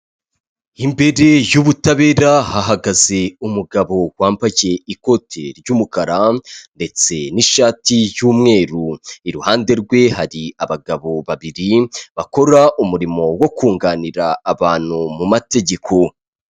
Imbere y'ubutabera hahagaze umugabo wambaye ikoti ry'umukara ndetse n'ishati y'umweru, iruhande rwe hari abagabo babiri bakora umurimo wo kunganira abantu mu mategeko.